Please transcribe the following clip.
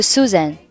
Susan